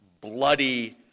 bloody